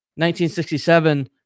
1967